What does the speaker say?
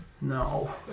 no